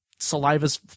salivas